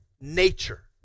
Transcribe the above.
nature